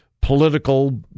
political